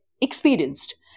experienced